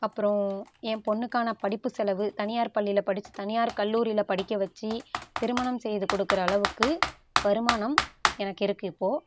அப்றம் என் பொண்ணுக்கான படிப்பு செலவு தனியார் பள்ளியில் படித்து தனியார் கல்லூரியில் படிக்க வச்சு திருமணம் செய்து கொடுக்குற அளவுக்கு வருமானம் எனக்கு இருக்கு இப்போது